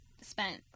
spent